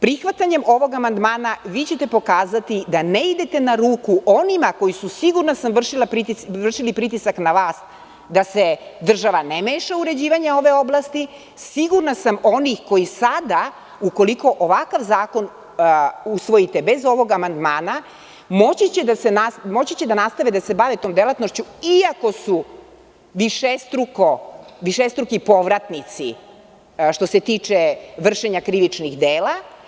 Prihvatanjem ovog amandmana pokazaćete da ne idete na ruku onima koji su vršili pritisak na vas da se država ne meša u ove oblasti, sigurna sam, onih koji sada ukoliko ovakav zakon usvojite bez ovog amandmana moći će da nastave da se bave tom delatnošću iako su višestruki povratnici što se tiče vršenja krivičnih dela.